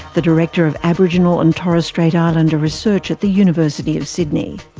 the director of aboriginal and torres strait islander research at the university of sydney.